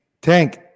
Tank